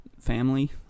family